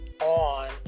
on